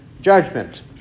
judgment